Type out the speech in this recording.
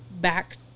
back